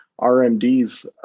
rmds